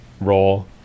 role